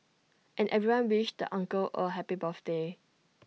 and everyone wished the uncle A happy birthday